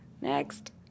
Next